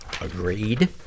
Agreed